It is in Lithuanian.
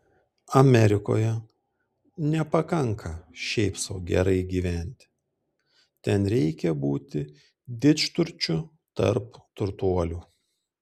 amerikoje nepakanka šiaip sau gerai gyventi ten reikia būti didžturčiu tarp turtuolių